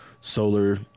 solar